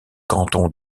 cantons